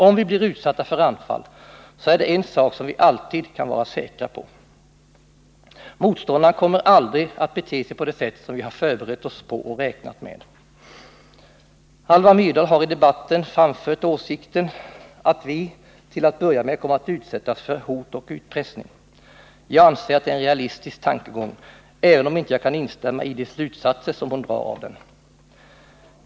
Om vi blir utsatta för anfall är det en sak som vi alltid kan Det har talats mycket om angreppsfall och förmåga vara säkra på: Motståndaren kommer aldrig att bete sig på det sätt som vi har förberett oss på och räknat med. Alva Myrdal har i debatten framfört åsikten att vi till att börja med kommer att utsättas för hot och utpressning. Jag anser att det är en realistisk tankegång, även om jag inte kan instämma i de slutsatser som hon drar av det.